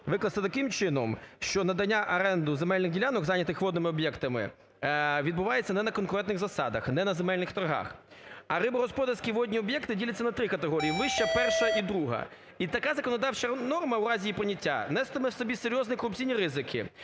викласти таким чином, що надання в оренду земельних ділянок, зайнятими водними об'єктами, відбувається не на конкурентних засадах, не на земельних торгах. А рибогосподарські водні об'єкти діляться на 3 категорії: вища, перша і друга. І така законодавча норма в разі її прийняття нестиме в собі серйозні корупційні ризики,